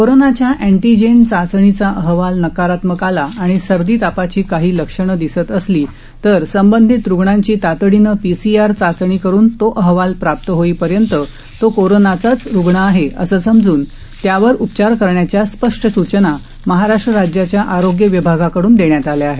कोरोनाच्या अँटीजेन चाचणीचा अहवाल नकारात्मक आला आणि सर्दी तापाची काही लक्षण दिसतं असली तर संबंधित रुग्णांची तातडीनं पीसीआर चाचणी करुन तो अहवाल प्राप्त होईपर्यंत तो कोरोनाचाच रुग्ण आहे असं समजून त्यावर उपचार करण्याच्या स्पष्ट सूचना महाराष्ट्र राज्याच्या आरोग्य विभागाकडून देण्यात आल्या आहेत